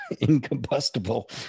incombustible